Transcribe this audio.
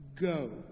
Go